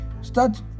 Start